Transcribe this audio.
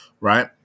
right